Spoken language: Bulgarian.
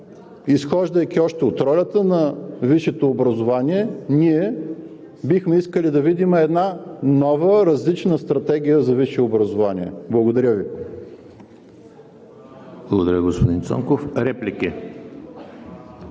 изхождайки още от ролята на висшето образование, ние бихме искали да видим една нова различна стратегия за висше образование. Благодаря Ви. ПРЕДСЕДАТЕЛ ЕМИЛ ХРИСТОВ: Благодаря, господин Цонков. Реплики?